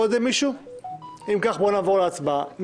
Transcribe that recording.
נעבור להצבעה,